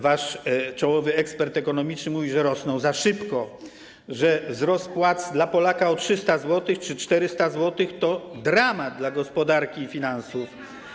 Wasz czołowy ekspert ekonomiczny mówi, że one rosną za szybko, że wzrost płac dla Polaka o 300 zł czy 400 zł to dramat dla gospodarki i finansów.